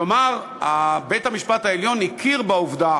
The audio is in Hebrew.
כלומר, בית-המשפט העליון הכיר בעובדה